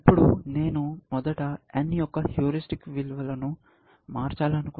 ఇప్పుడు నేను మొదట n యొక్క హ్యూరిస్టిక్ విలువను మార్చాలనుకుంటున్నాను